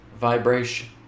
vibration